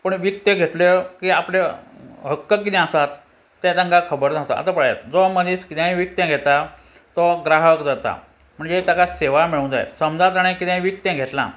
पूण विकते घेतल्यो की आपले हक्क कितें आसात ते तांकां खबर नासता आतां पळयात जो मनीस कितेंय विकतें घेता तो ग्राहक जाता म्हणजे ताका सेवा मेळूंक जाय समजा ताणें कितेंय विकते घेतलां